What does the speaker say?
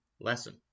lesson